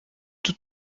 tous